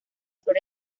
flor